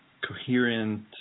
Coherent